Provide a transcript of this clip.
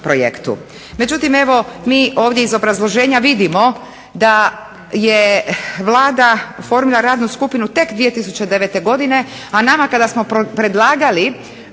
Međutim, evo mi ovdje iz obrazloženja vidimo da je Vlada formirala radnu skupinu tek 2009. godine, a nama kada smo predlagali